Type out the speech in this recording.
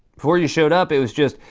before you showed up, it was just,